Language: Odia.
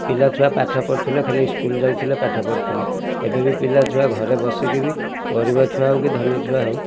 ପିଲା ଛୁଆ ପାଠ ପଢ଼ୁଥିଲେ ଖାଲି ସ୍କୁଲ୍ ଯାଉଥିଲେ ପାଠ ପଢ଼ୁଥିଲେ ଏବେ ବି ପିଲା ଛୁଆ ଘରେ ବସିକି ବି ଗରିବ ଛୁଆ ହେଉ କି ଧନୀ ଛୁଆ ହେଉ